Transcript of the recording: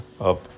up